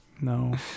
no